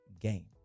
game